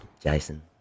Jason